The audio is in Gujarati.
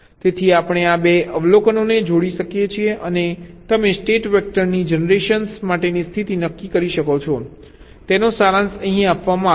તેથી આપણે આ 2 અવલોકનોને જોડી શકીએ છીએ અને તમે ટેસ્ટ વેક્ટરની જનરેશન માટે સ્થિતિ નક્કી કરી શકો છો તેનો સારાંશ અહીં આપવામાં આવ્યો છે